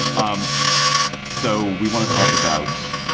um so we want to talk about